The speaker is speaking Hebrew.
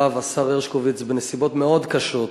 הרב השר הרשקוביץ, בנסיבות מאוד קשות,